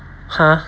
!huh!